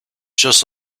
just